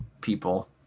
people